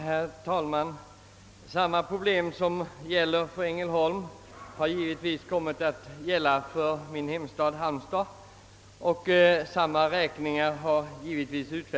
Herr talman! Samma problem som i Ängelholm har vi även i Halmstad; vi har där fått en liknande räkning som Ängelholms stad.